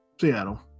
Seattle